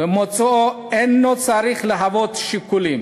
ומוצאו אינו צריך להוות שיקול.